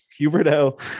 Huberto